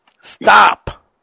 Stop